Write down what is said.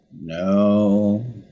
No